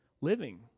living